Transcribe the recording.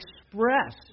express